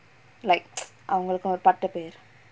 like அவுங்களுக்கும் பத்து பேர்:avungalukkum patthu paer